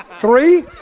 Three